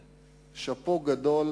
"שאפו" גדול.